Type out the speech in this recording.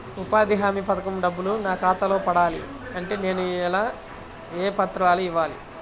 ఉపాధి హామీ పథకం డబ్బులు నా ఖాతాలో పడాలి అంటే నేను ఏ పత్రాలు ఇవ్వాలి?